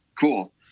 Cool